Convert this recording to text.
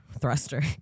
Thruster